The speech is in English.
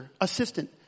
assistant